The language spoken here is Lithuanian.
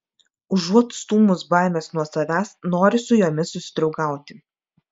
užuot stūmus baimes nuo savęs nori su jomis susidraugauti